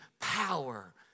power